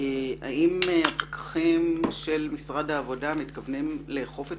האם הפקחים של משרד העבודה מתכוונים לאכוף את